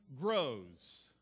grows